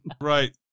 Right